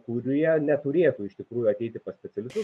kurie neturėtų iš tikrųjų ateiti pas specialistus